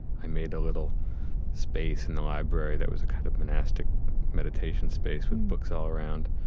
i made a little space in the library that was a kind of monastic meditation space with books all around.